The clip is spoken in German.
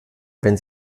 wenn